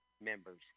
members